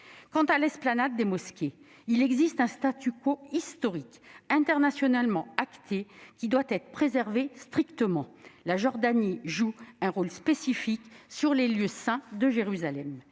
viens à l'esplanade des mosquées : il existe un historique, internationalement acté, qui doit être préservé strictement. La Jordanie joue un rôle spécifique sur les lieux saints de Jérusalem.